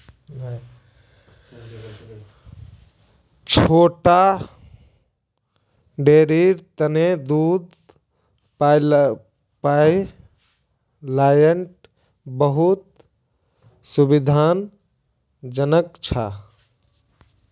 छोटा डेरीर तने दूध पाइपलाइन बहुत सुविधाजनक छ